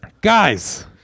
Guys